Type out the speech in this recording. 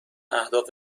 اهداف